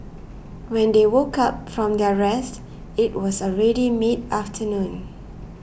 when they woke up from their rest it was already mid afternoon